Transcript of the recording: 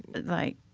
like,